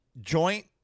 joint